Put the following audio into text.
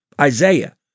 Isaiah